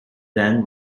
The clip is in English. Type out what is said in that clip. then